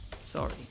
Sorry